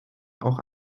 auch